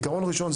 עיקרון ראשון,